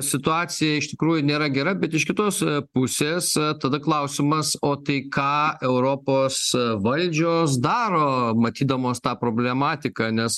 situacija iš tikrųjų nėra gera bet iš kitos pusės tada klausimas o tai ką europos valdžios daro matydamos tą problematiką nes